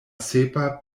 sepa